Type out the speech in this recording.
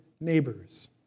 neighbors